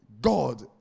God